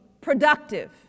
productive